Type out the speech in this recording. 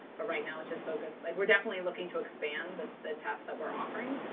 but right now, it's just focused like we're definitely looking to expand the the tests that we're offering.